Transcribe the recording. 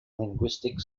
linguistic